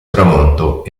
tramonto